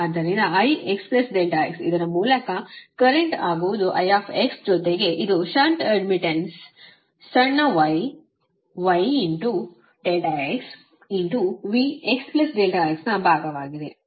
ಆದ್ದರಿಂದ I x ∆x ಇದರ ಮೂಲಕ ಕರೆಂಟ್ ಆಗುವುದು I ಜೊತೆಗೆ ಇದು ಷಂಟ್ ಅಡ್ಮಿಟ್ಟನ್ಸ್ y ಸಣ್ಣ y ∆x V x ∆x ನ ಬಾಗವಾಗಿದೆ